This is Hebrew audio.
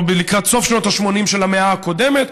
או לקראת סוף שנות ה-80 של המאה הקודמת,